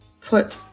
put